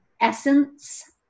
Essence